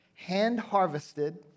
hand-harvested